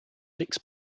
six